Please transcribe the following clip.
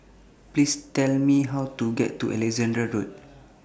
Please Tell Me How to get to Alexandra Road